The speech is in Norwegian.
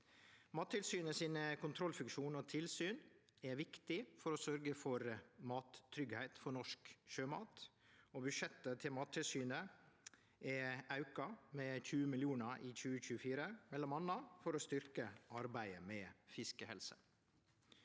Mattilsynets kontrollfunksjon og tilsyn er viktig for å sørgje for mattryggleik for norsk sjømat. Budsjettet til Mattilsynet er auka med 20 mill. kr i 2024, m.a. for å styrkje arbeidet med fiskehelse.